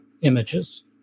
images